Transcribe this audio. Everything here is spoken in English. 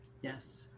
Yes